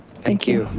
thank you,